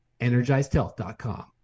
EnergizedHealth.com